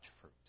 fruit